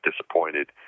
disappointed